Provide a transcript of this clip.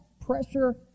pressure